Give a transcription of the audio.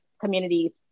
communities